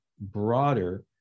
broader